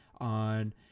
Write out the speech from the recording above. on